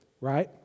right